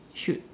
should